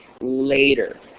later